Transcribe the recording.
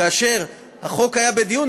כאשר החוק היה בדיון,